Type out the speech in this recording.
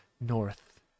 north